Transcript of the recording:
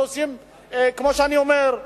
כמו שאני אומר,